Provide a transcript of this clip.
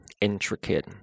intricate